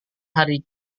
hari